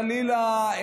חלילה,